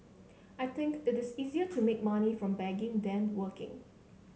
I think it is easier to make money from begging than working